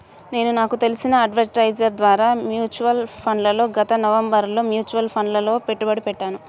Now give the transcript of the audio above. నేను నాకు తెలిసిన అడ్వైజర్ ద్వారా మ్యూచువల్ ఫండ్లలో గత నవంబరులో మ్యూచువల్ ఫండ్లలలో పెట్టుబడి పెట్టాను